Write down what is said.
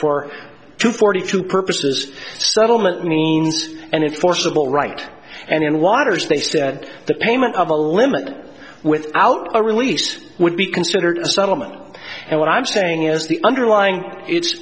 for two forty two purposes settlement means and it's forcible right and in waters they said the payment of a limit without a release would be considered a settlement and what i'm saying is the underlying it's